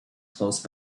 close